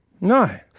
No